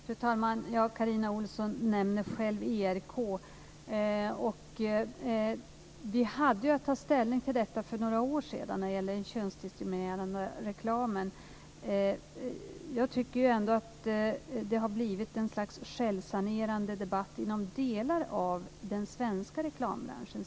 Fru talman! Carina Ohlsson nämner själv ERK. Vi hade för några år sedan att ta ställning till könsdiskriminerande reklam. Jag tycker ändå att det har blivit något slags självsanerande debatt i delar av den svenska reklambranschen.